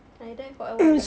I dye for awhile ah